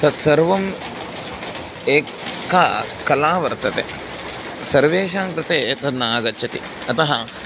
तत् सर्वं एका का कला वर्तते सर्वेषां कृते तद् न आगच्छति अतः